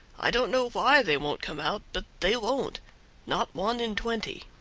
i don't know why they won't come out, but they won't not one in twenty.